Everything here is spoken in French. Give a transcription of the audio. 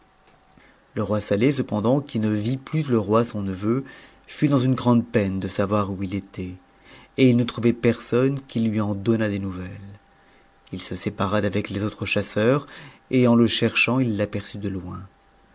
le roi saleh cependant qui ne vit plus le roi son neveu fut dans un grande peine de savoir où it était et il ne trouvait personne qui lui en donnât des nouvelles il se sépara d'avec les autres chasseurs et en cherchant i l'aperçut de loin